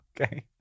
Okay